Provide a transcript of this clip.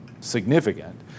significant